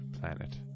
planet